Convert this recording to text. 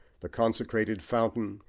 the consecrated fountain.